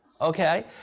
okay